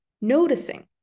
Noticing